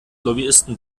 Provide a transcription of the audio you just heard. lobbyisten